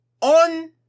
on